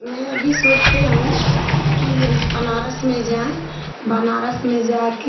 मैं अभी सोचती हूँ कि बनारस में जाएँ बनारस में जाकर